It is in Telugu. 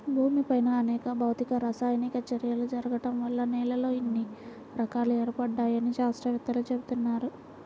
భూమిపైన అనేక భౌతిక, రసాయనిక చర్యలు జరగడం వల్ల నేలల్లో ఇన్ని రకాలు ఏర్పడ్డాయని శాత్రవేత్తలు చెబుతున్నారు